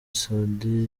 sudani